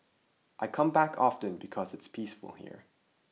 I come back often because it's peaceful here